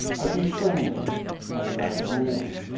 and between them they made a meal.